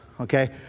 okay